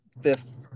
fifth